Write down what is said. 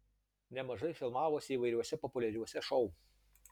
nemažai filmavosi įvairiuose populiariuose šou